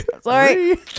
sorry